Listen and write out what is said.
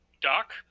Doc